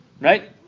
Right